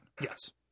Yes